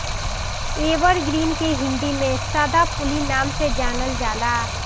evergreen के हिंदी में सदाफुली नाम से जानल जाला